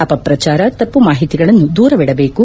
ಅಪಪ್ರಚಾರ ತಮ್ಮ ಮಾಹಿತಿಗಳನ್ನು ದೂರವಿಡಬೇಕು